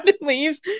leaves